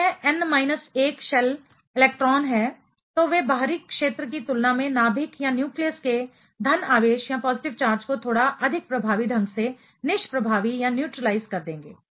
यदि यह n minus 1 shell electron है तो वे बाहरी क्षेत्र की तुलना में नाभिक न्यूक्लियस के धन आवेश पॉजिटिव चार्ज को थोड़ा अधिक प्रभावी ढंग से निष्प्रभावी न्यूट्रीलाइज कर देंगे